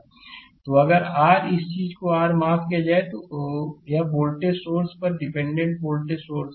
तो अगर अगर r अगर इस चीज़ को r माफ़ किया जाए तो यह वोल्टेज सोर्स पर डिपेंडेंट वोल्टेज सोर्स है